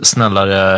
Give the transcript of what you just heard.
Snällare